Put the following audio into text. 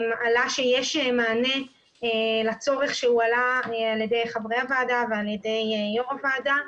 עלה שיש מענה לצורך שהועלה על ידי חברי הוועדה ועל ידי יו"ר הוועדה